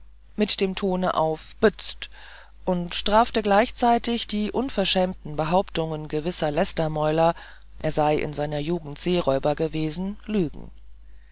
mit dem tone auf bzd und strafte gleichzeitig die unverschämten behauptungen gewisser lästermäuler er sei in seiner jugend seeräuber gewesen lügen